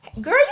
girl